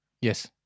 Yes